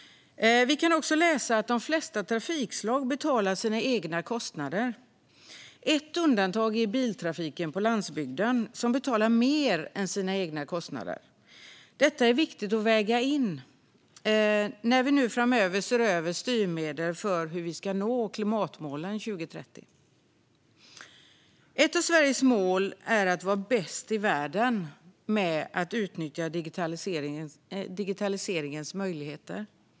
Vi kan också läsa att de flesta trafikslag inte betalar sina egna kostnader. Ett undantag är biltrafiken på landsbygden som betalar mer än sina egna kostnader. Detta är viktigt att väga in när vi framöver ser över styrmedel för hur vi ska nå klimatmålen 2030. Ett av Sveriges mål är att vara bäst i världen på att utnyttja digitaliseringens möjligheter.